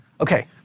Okay